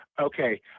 Okay